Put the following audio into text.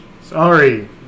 Sorry